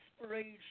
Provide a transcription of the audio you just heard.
Inspiration